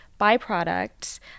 byproducts